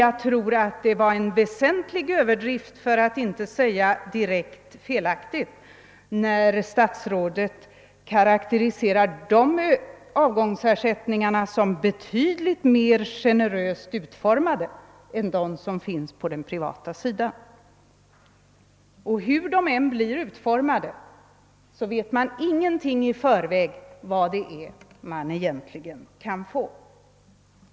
Jag tror därför att det var väsentligt överdrivet, för att inte säga direkt felaktigt när statsrådet karakteriserade dessa avgångsersättningar som betydligt mer generöst utformade än de som finns på den privata sidan. Hur de än blir utformade, vet den anställde ingenting i förväg om vad han egentligen kan få.